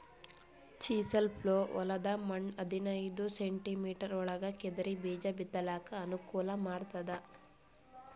chisel plough ಹೊಲದ್ದ್ ಮಣ್ಣ್ ಹದನೈದ್ ಸೆಂಟಿಮೀಟರ್ ಒಳಗ್ ಕೆದರಿ ಬೀಜಾ ಬಿತ್ತಲಕ್ ಅನುಕೂಲ್ ಮಾಡ್ತದ್